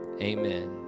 amen